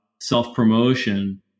self-promotion